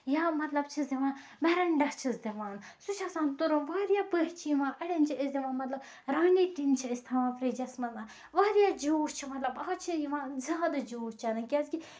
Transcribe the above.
یا مطلب چھِس دِوان مَرِنڈا چھِس دِوان سُہ چھُ آسان تُرُن واریاہ پٔژھِ چھِ یِوان اَڑٮ۪ن چھِ أسۍ دِوان مطلب رانی ٹِن چھِ أسۍ تھاوان فرجَس منٛز واریاہ جوٗس چھِ مطلب آز چھِ یِوان زیادٕ جوٗس چیٚنہٕ کیازِ کہِ